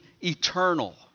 eternal